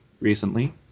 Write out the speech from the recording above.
recently